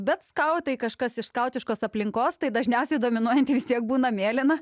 bet skautai kažkas iš skautiškos aplinkos tai dažniausiai dominuojanti vis tiek būna mėlyna